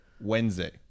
Wednesday